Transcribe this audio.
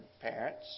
parents